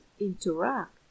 interact